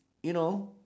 you know